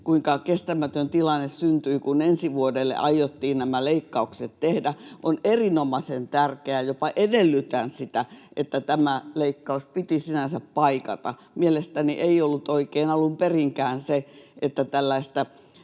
kuinka kestämätön tilanne syntyi, kun ensi vuodelle aiottiin nämä leikkaukset tehdä. Oli erinomaisen tärkeää, jopa edellytin sitä, että tämä leikkaus piti sinänsä paikata. Mielestäni ei ollut oikein alun perinkään se, että tällaista